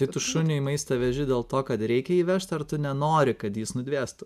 tai tu šuniui maistą veži dėl to kad reikia jį vežt ar tu nenori kad jis nudvėstų